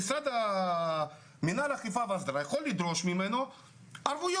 מנהל האכיפה וההסדרה יכול לדרוש ממנו ערבויות.